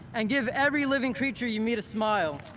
and give every living creature you meet a smile,